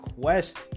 Quest